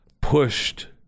pushed